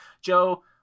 Joe